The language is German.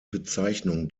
bezeichnung